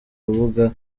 rubuga